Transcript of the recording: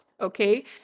Okay